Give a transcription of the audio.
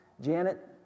Janet